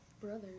brother